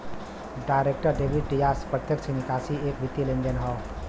direct debit या प्रत्यक्ष निकासी एक वित्तीय लेनदेन हौ